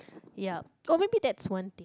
yup oh maybe that's one thing